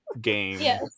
game